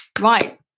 right